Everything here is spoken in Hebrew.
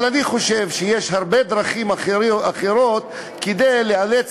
אבל אני חושב שיש הרבה דרכים אחרות לאלץ